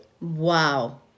Wow